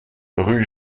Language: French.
rue